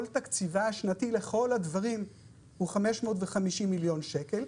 כל תקציבה השנתי לכל הדברים הוא 550 מיליון שקל.